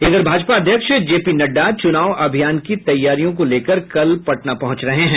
इधर भाजपा अध्यक्ष जेपी नड्डा चुनाव अभियान की तैयारियों को लेकर कल पटना पहुंच रहे हैं